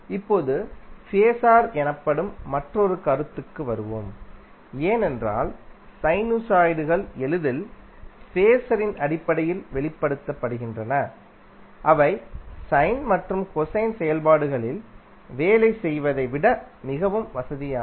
இப்போது ஃபேஸர் எனப்படும் மற்றொரு கருத்துக்கு வருவோம் ஏனென்றால் சைனுசாய்டுகள் எளிதில் ஃபேஸரின் அடிப்படையில் வெளிப்படுத்தப்படுகின்றன அவை சைன் மற்றும் கொசைன் செயல்பாடுகளில் வேலை செய்வதை விட மிகவும் வசதியானவை